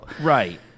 Right